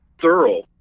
thorough